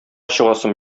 чыгасым